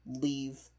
leave